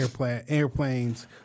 airplanes